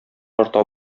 арта